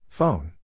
Phone